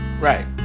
Right